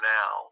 now